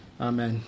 Amen